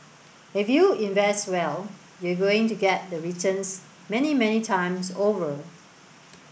if you invest well you're going to get the returns many many times over